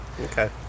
okay